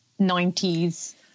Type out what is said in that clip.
90s